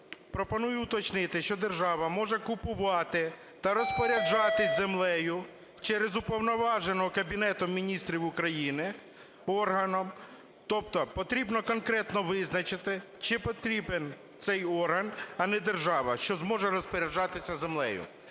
пропоную уточнити, що держава може купувати та розпоряджатись землею через уповноваженого Кабінетом Міністрів України органом. Тобто потрібно конкретно визначити, чи потрібен цей орган, а не держава, що зможе розпоряджатися землею.